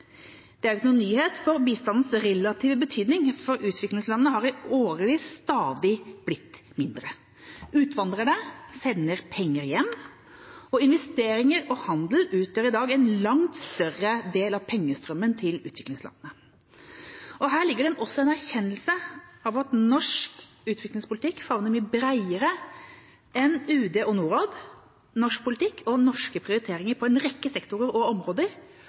Det er ikke noen nyhet, for bistandens relative betydning for utviklingslandene har i årevis stadig blitt mindre. Utvandrerne sender penger hjem, og investeringer og handel utgjør i dag en langt større del av pengestrømmen til utviklingslandene. Her ligger det også en erkjennelse av at norsk utviklingspolitikk favner mye bredere enn UD og Norad. Norsk politikk og norske prioriteringer på en rekke sektorer og områder